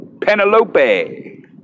Penelope